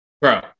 Bro